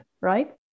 right